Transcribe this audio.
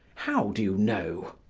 how do you know?